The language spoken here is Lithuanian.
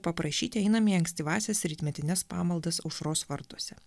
paprašyti einam į ankstyvąsias rytmetines pamaldas aušros vartuose